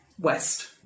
west